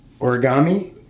origami